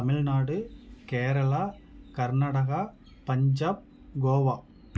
Tamil Nadu Kerala Karnataka Punjab Goa